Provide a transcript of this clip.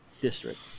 district